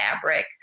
fabric